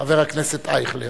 חבר הכנסת אייכלר.